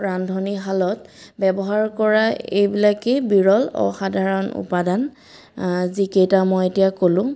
ৰান্ধনীশালত ব্যৱহাৰ কৰা এইবিলাকেই বিৰল অসাধাৰণ উপাদান যিকেইটা মই এতিয়া ক'লোঁ